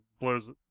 blows